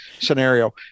scenario